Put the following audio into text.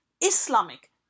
Islamic